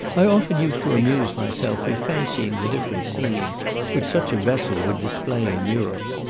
i often used to amuse myself with fancying the different scene which such a vessel would display in europe.